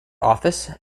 offices